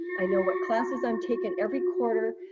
i know what classes i'm taking every quarter.